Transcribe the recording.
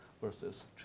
versus